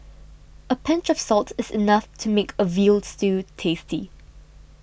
a pinch of salt is enough to make a Veal Stew tasty